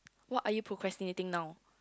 what are you procrastinating now